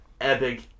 epic